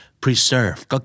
preserve